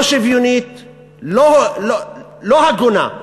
לא שוויונית, לא הגונה.